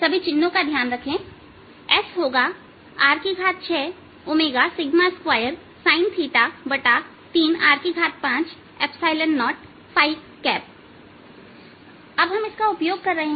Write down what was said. सभी चिन्हों का ध्यान रखें S होगा R62 sin 3r5 0 अब हम इसका उपयोग कर रहे हैं